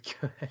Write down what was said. good